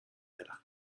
dela